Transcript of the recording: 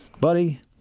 buddy